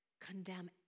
condemn